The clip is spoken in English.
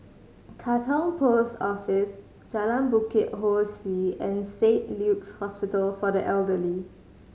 Katong Post Office Jalan Bukit Ho Swee and Saint Luke's Hospital for the Elderly